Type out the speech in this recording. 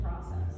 process